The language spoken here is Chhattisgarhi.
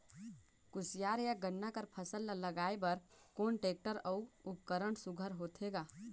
कोशियार या गन्ना कर फसल ल लगाय बर कोन टेक्टर अउ उपकरण सुघ्घर होथे ग?